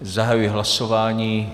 Zahajuji hlasování.